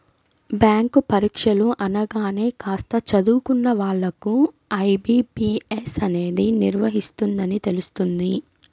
bank పరీక్షలు అనగానే కాస్త చదువుకున్న వాళ్ళకు ఐ.బీ.పీ.ఎస్ అనేది నిర్వహిస్తుందని తెలుస్తుంది